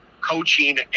coaching